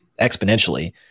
exponentially